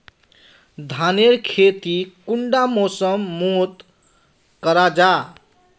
धानेर खेती कुंडा मौसम मोत करा जा?